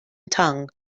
tongue